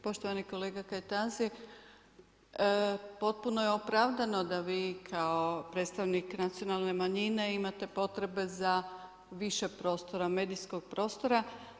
Poštovani kolega Kajtazi, potpuno je opravdano da bi vi kao predstavnik nacionalne manjine imate potrebe za više prostora medijskog prostora.